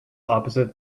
opposite